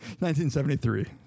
1973